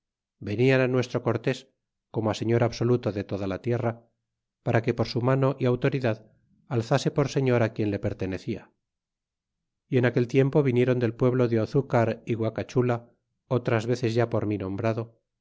venían nuestro cortés como señor absoluto de toda la tierra para que por su mano é autoridad alzase por señor quien le pertenecia y en aquel tiempo vinieron del pueblo de ozucar y guacachula otras veces ya por mí nombrado